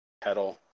pedal